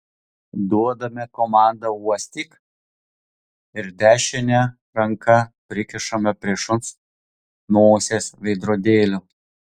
duodame komandą uostyk ir dešinę ranką prikišame prie šuns nosies veidrodėlio